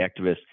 activists